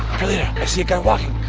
perlita, i see a guy walking.